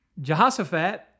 Jehoshaphat